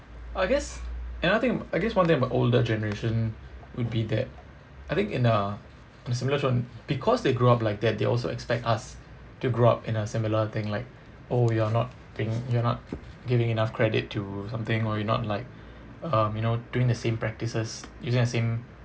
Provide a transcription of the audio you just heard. I guess another thing I guess one thing about older generation would be that I think in a similar tone because they grew up like that they also expect us to grow up in a similar thing like oh you're not p~ you're not giving enough credit to something or you're not like um you know doing the same practices using the same